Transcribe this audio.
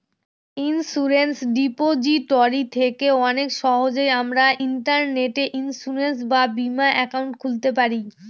insurance repository থেকে অনেক সহজেই আমরা ইন্টারনেটে ইন্সুরেন্স বা বীমা একাউন্ট খুলতে পারি